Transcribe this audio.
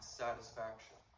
satisfaction